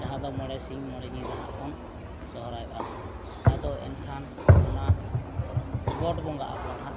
ᱡᱟᱦᱟᱸ ᱫᱚ ᱢᱚᱬᱮ ᱥᱤᱝ ᱢᱚᱬᱮ ᱧᱤᱫᱟᱹ ᱦᱟᱸᱜ ᱵᱚᱱ ᱥᱚᱦᱨᱟᱭᱚᱜᱼᱟ ᱟᱫᱚ ᱮᱱᱠᱷᱟᱱ ᱚᱱᱟ ᱜᱚᱰ ᱵᱚᱸᱜᱟ ᱟᱵᱚᱱ ᱦᱟᱸᱜ